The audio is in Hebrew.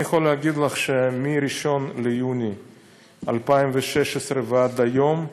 אני יכול להגיד לך שמ-1 ביוני 2016 ועד היום,